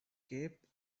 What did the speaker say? cape